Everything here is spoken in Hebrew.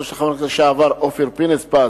של חבר הכנסת לשעבר אופיר פינס-פז,